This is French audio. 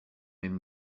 même